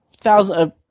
thousand